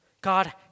God